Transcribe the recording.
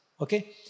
Okay